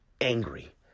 angry